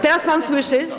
Teraz pan słyszy?